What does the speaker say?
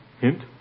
Hint